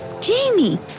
Jamie